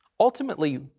Ultimately